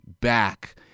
back